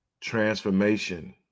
Transformation